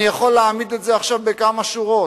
אני יכול להעמיד את זה עכשיו בכמה שורות.